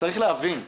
צריך להבין,